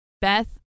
Beth